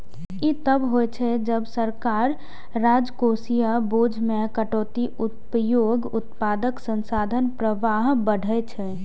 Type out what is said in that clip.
ई तब होइ छै, जब सरकार राजकोषीय बोझ मे कटौतीक उपयोग उत्पादक संसाधन प्रवाह बढ़बै छै